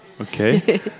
okay